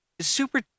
super